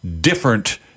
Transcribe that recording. different